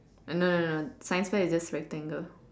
uh no no no science fair is just rectangle